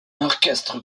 orchestre